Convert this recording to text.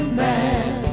man